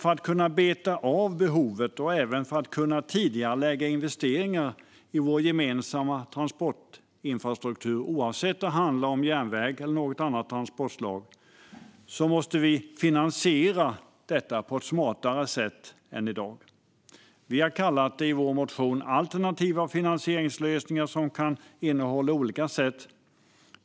För att kunna beta av behovet och även för att kunna tidigarelägga investeringar i vår gemensamma transportinfrastruktur, oavsett om det handlar om järnväg eller något annat transportslag, måste vi dock finansiera detta på ett smartare sätt än i dag. Vi har i vår motion kallat det för alternativa finansieringslösningar, som kan innehålla olika sätt.